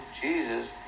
Jesus